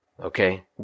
Okay